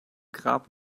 grab